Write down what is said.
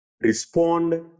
respond